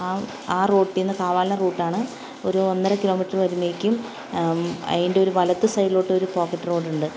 ആ ആ റോട്ടീന്ന് കാവാലം റൂട്ടാണ് ഒരു ഒന്നര കിലോമീറ്ററ് വരുമ്പോഴേക്കും അതിൻറ്റൊരു വലത്ത് സൈഡിലോട്ടൊരു പോക്കറ്റ് റോഡൊണ്ട്